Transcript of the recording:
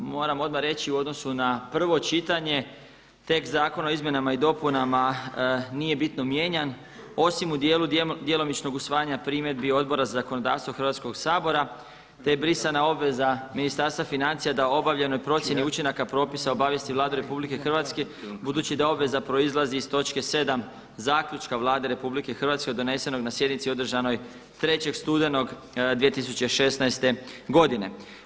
Moram odmah reći u odnosu na prvo čitanje tekst zakona o izmjenama i dopunama nije bitno mijenjan osim u djelu djelomičnog usvajanja primjedbi Odbora za zakonodavstvo Hrvatskog sabora te je brisana obveza Ministarstva financija da o obavljenoj procjeni učinaka propisa obavijesti Vladu RH budući da obveza proizlazi iz točke 7. zaključka Vlade RH donesenog na sjednici održanoj 3. studenog 2016. godine.